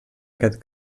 aquest